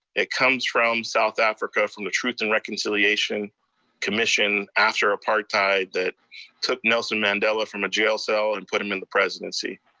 it comes from south africa, from the truth and reconciliation commission after apartheid that took nelson mandela from a jail cell and put him in the presidency.